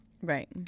Right